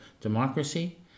democracy